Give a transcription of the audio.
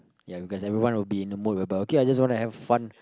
ya because everyone will be in the mood whereby okay lah just wanna have fun